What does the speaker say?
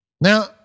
Now